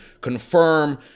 confirm